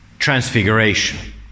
transfiguration